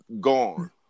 gone